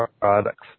products